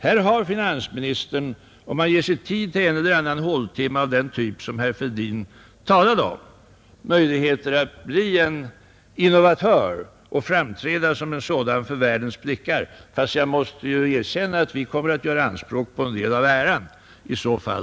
Här har finansministern, om han ger sig tid till en eller annan håltimme av den typ som herr Fälldin talade om, möjligheter att bli en innovatör och framträda som sådan för världens blickar — fast jag måste erkänna att vi kommer att göra anspråk på en del av äran i så fall.